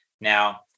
Now